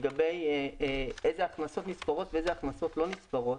לגבי אילו הכנסות נספרות ואילו הכנסות לא נספרות.